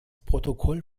protokoll